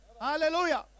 hallelujah